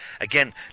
again